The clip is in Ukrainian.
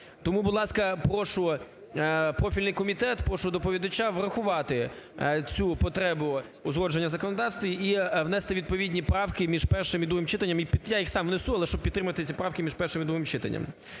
Тому, будь ласка, прошу профільний комітет, прошу доповідача врахувати цю потребу узгодження законодавства і внести відповідні правки між першим і другим читанням. Я їх сам внесу, але щоб підтримати ці правки між першим і другим читанням.